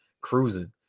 cruising